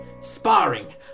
sparring